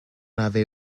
avez